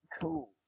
cool